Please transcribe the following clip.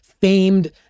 famed